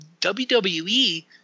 WWE